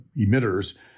emitters